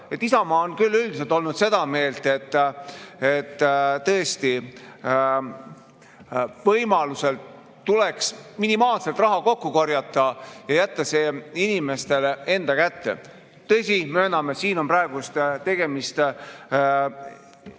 Isamaa on küll üldiselt olnud seda meelt, et tõesti võimaluse korral tuleks minimaalselt raha kokku korjata ja jätta see inimeste enda kätte. Tõsi, mööname, siin on praegu tegemist